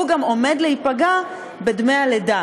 הוא גם עומד להיפגע בדמי הלידה,